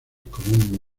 como